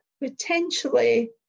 potentially